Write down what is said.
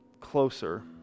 closer